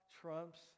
trumps